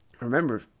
Remember